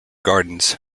gardens